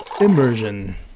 immersion